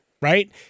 right